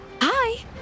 Hi